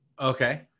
Okay